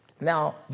Now